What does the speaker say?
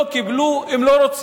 לא קיבלו, הם לא רוצים,